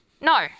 No